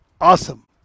Awesome